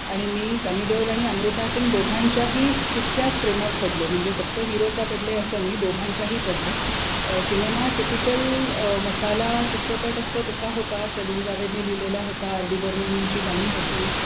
आणि मी सनी देवल आणि अमृता सिंग दोघांच्याही तितक्याच प्रेमात पडले म्हणजे फक्त हिरोच्या पडले असं नाही दोघांच्याही पडले सिनेमा टिपिकल मसाला चित्रपट असतो तसा होता सलीम जावेदने लिहिलेला होता आर डी बर्मनची गाणी होती